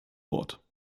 wort